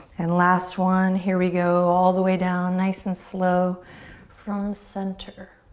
and last one, here we go, all the way down nice and slow from center.